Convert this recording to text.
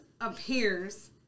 appears